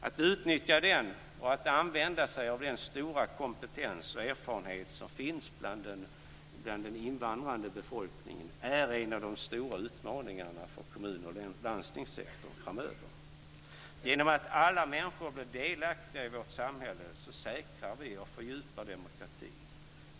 Att utnyttja och använda sig av den stora kompetens och erfarenhet som finns bland den invandrade befolkningen kommer att bli en av de stora utmaningarna för kommun och landstingssektorn framöver. Genom att alla människor blir delaktiga i vårt samhälle säkrar och fördjupar vi demokratin.